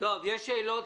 העלויות